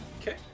Okay